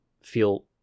feel